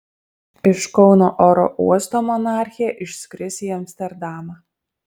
iš kauno oro uosto monarchė išskris į amsterdamą